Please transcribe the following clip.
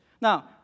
Now